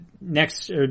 next